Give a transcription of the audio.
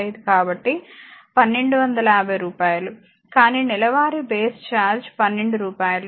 5 కాబట్టి 1250 రూపాయలు కానీ నెలవారీ బేస్ ఛార్జ్ 12 రూపాయిలు